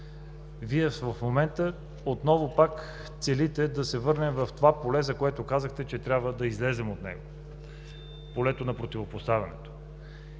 В момента Вие отново пак целите да се върнем в това поле, за което казахте, че трябва да излезем от него – полето на противопоставянето.